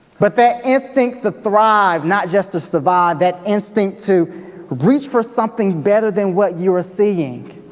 but that instinct to thrive not just to survive, that instinct to reach for something better than what you're seeing,